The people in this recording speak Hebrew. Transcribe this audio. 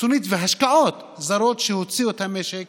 חיצונית והשקעות זרות שהוציאו את המשק